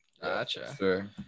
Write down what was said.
gotcha